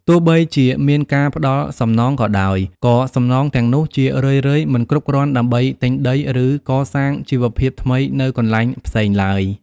ទោះបីជាមានការផ្តល់សំណងក៏ដោយ ក៏សំណងទាំងនោះជារឿយៗមិនគ្រប់គ្រាន់ដើម្បីទិញដី ឬកសាងជីវភាពថ្មីនៅកន្លែងផ្សេងឡើយ។